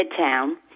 Midtown